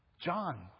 John